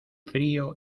frío